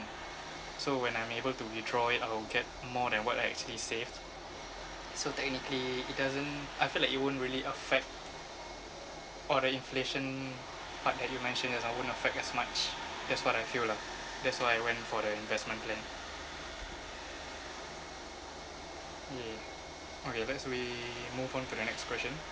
so when I'm able to withdraw it I will get more than what I actually saved so technically it doesn't I feel like it won't really affect or the inflation part that you mentioned just now won't affect as much that's what I feel lah that's why I went for the investment plan yeah okay let's we move on to the next question